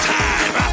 time